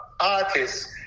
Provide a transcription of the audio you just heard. artists